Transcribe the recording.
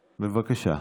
בבקשה.